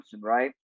right